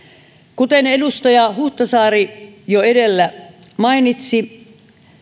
kuten edustaja huhtasaari jo edellä mainitsi